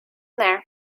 there